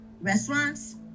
restaurants